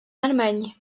allemagne